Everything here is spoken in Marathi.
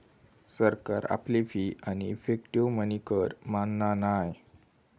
सरकार आपली फी आणि इफेक्टीव मनी कर मानना नाय